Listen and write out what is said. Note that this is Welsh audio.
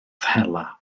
hela